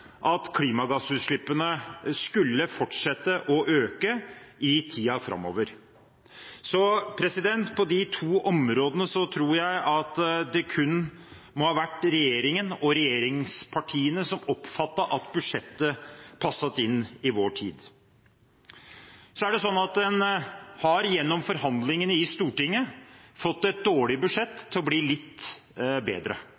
at klimagassutslippene skulle fortsette å øke i tiden framover. På disse to områdene tror jeg det kun har vært regjeringen og regjeringspartiene som oppfattet at budsjettet passet inn i vår tid. Gjennom forhandlingene i Stortinget har en fått et dårlig budsjett til å bli litt bedre.